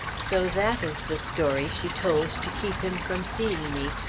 so that is the story she told to keep him from seeing me.